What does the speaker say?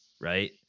right